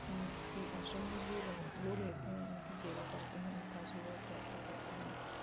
के आश्रम में जो रह लोग रहते हैं उनकी सेवा करते हैं उनका आशीर्वाद प्राप्त करते हैं